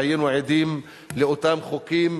והיינו עדים לאותם חוקים